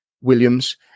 Williams